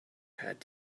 had